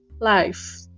life